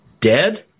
dead